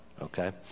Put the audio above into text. Okay